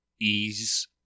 ease